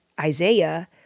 Isaiah